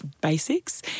basics